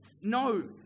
No